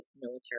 military